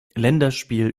länderspiel